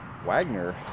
Wagner